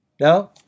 No